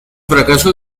fracaso